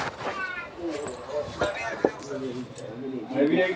Mobile app की मदद से अपनी फसलों को कैसे बेचें?